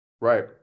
Right